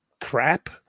crap